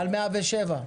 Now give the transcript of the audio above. על 107?